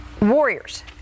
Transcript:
Warriors